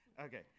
Okay